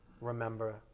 remember